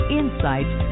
insights